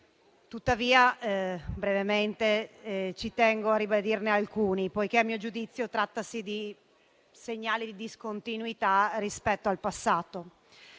Tuttavia, brevemente, ci tengo a ribadirne alcuni, poiché a mio giudizio trattasi di un segnale di discontinuità rispetto al passato.